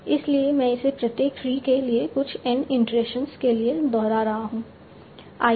इसलिए मैं इसे प्रत्येक ट्री के लिए कुछ n इटरेशंस के लिए दोहरा रहा हूं